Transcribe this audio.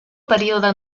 període